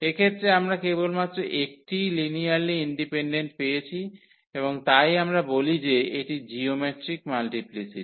এক্ষেত্রে আমরা কেবলমাত্র একটিই লিনিয়ারলি ইন্ডিপেন্ডেন্ট পেয়েছি এবং তাই আমরা বলি যে এটি জিওমেট্রিক মাল্টিপ্লিসিটি